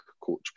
coach